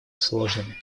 сложными